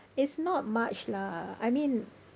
it's not much lah I mean